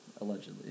Allegedly